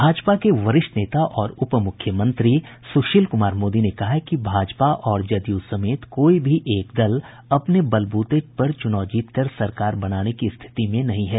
भाजपा के वरिष्ठ नेता और उप मुख्यमंत्री सुशील कुमार मोदी ने कहा है कि भाजपा और जदयू समेत कोई भी एक दल अपने बलबूते पर चुनाव जीतकर सरकार बनाने की स्थिति में नहीं है